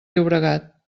llobregat